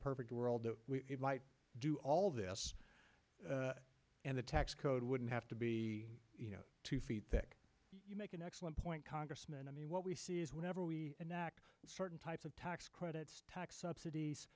perfect world we might do all of this and the tax code wouldn't have to be two feet thick you make an excellent point congressman i mean what we see is whenever we enact certain types of tax credits tax subsidies